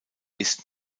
ist